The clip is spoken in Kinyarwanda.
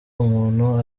umuntu